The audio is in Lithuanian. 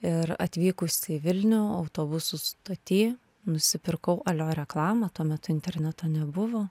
ir atvykus į vilnių autobusų stoty nusipirkau alio reklamą tuo metu interneto nebuvo